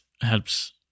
helps